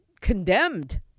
condemned